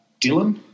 Dylan